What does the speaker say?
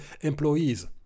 employees